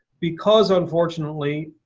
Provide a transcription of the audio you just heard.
because, unfortunately,